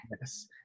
Yes